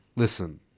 Listen